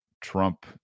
Trump